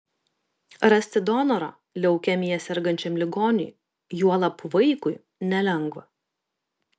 rasti donorą leukemija sergančiam ligoniui juolab vaikui nelengva